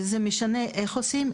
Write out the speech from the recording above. זה משנה איך עושים את זה,